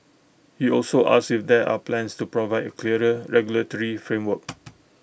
he also asked if there are plans to provide A clearer regulatory framework